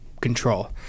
control